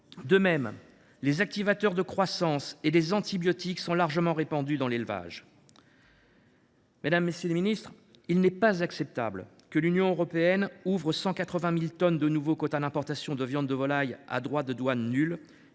De même, les activateurs de croissance et les antibiotiques sont largement répandus dans l’élevage. Madame la ministre, monsieur le ministre, il n’est pas acceptable que l’Union européenne ouvre 180 000 tonnes de nouveaux quotas d’importation de viande de volaille à droits de douane nuls,